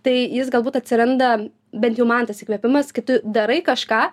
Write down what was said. tai jis galbūt atsiranda bent jau man tas įkvėpimas kai tu darai kažką